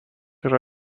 yra